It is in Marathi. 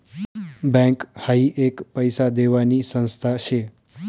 बँक हाई एक पैसा देवानी संस्था शे